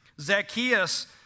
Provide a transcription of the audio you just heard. Zacchaeus